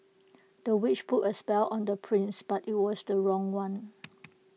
the witch put A spell on the prince but IT was the wrong one